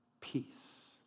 Peace